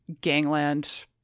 gangland